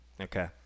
okay